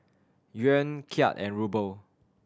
Yuan Kyat and Ruble